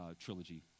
trilogy